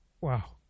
Wow